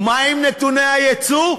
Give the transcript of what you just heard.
ומה עם נתוני היצוא?